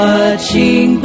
Watching